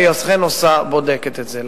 והיא אכן בודקת את זה.